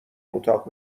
اتاق